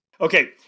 Okay